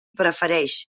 prefereix